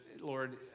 Lord